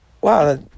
wow